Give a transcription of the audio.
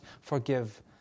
forgive